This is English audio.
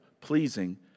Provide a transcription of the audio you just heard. pleasing